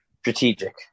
Strategic